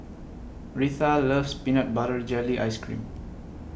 Reatha loves Peanut Butter Jelly Ice Cream